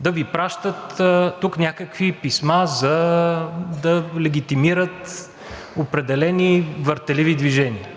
да Ви пращат тук някакви писма, за да легитимират определени въртеливи движения.